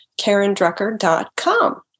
karendrucker.com